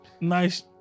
nice